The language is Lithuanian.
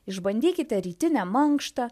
išbandykite rytinę mankštą